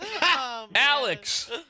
Alex